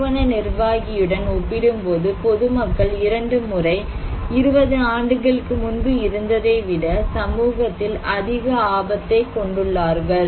நிறுவன நிர்வாகியுடன் ஒப்பிடும்போது பொது மக்கள் இரண்டு முறை 20 ஆண்டுகளுக்கு முன்பு இருந்ததை விட சமூகத்தில் அதிக ஆபத்தை கொண்டுள்ளார்கள்